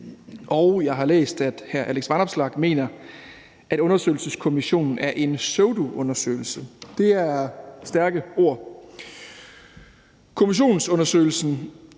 og jeg har læst, at hr. Alex Vanopslagh mener, at undersøgelseskommissionen er en pseudoundersøgelse. Det er stærke ord. Kommissionsundersøgelsen